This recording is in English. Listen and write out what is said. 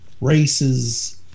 races